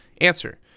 Answer